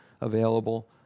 available